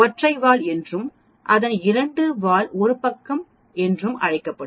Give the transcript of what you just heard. ஒற்றை வால் என்றும் அதன் இரண்டு வால் ஒரு பக்கம் என்றும் அழைக்கப்படும்